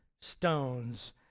stones